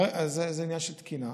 למה המערכת, זה עניין של תקינה.